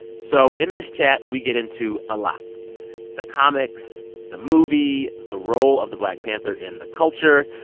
so in this chat, we get into a lot the comics, the movie, the role of the black panther in the culture,